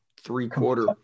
three-quarter